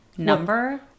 number